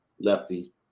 Lefty